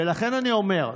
ולכן אני אומר,